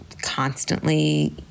constantly